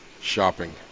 Shopping